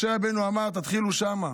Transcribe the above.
משה רבנו אמר: תתחילו שם.